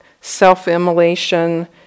self-immolation